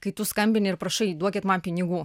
kai tu skambini ir prašai duokit man pinigų